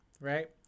right